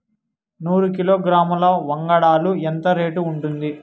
నూరు కిలోగ్రాముల వంగడాలు ఎంత రేటు ఉంటుంది?